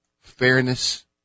fairness